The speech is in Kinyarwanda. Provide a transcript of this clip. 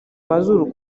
mazuru